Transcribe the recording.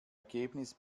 ergebnis